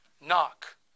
Knock